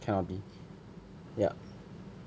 cannot be